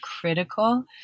critical